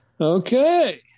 Okay